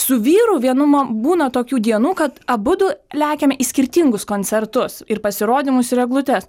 su vyru vienuma būna tokių dienų kad abudu lekiame į skirtingus koncertus ir pasirodymus ir eglutes